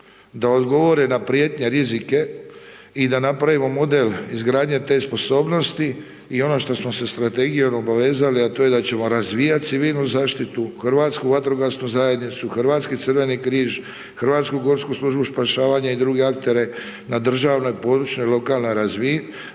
da odgovore na prijetnje, rizike i da napravimo model izgradnje te sposobnosti i ono što smo se strategijom obavezali a to je da ćemo razvijati civilnu zaštitu, Hrvatsku vatrogasnu zajednicu, Hrvatski crveni križ, Hrvatsku gorsku službu spašavanja i druge aktere na državnoj, područnoj i lokalnoj razini,